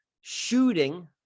shooting